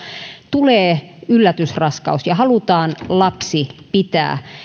tulee yllätysraskaus ja halutaan lapsi pitää